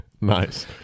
Nice